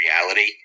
reality